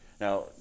Now